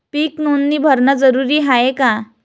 पीक नोंदनी भरनं जरूरी हाये का?